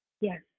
Yes